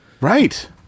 Right